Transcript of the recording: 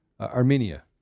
Armenia